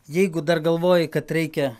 jeigu dar galvoji kad reikia